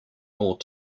more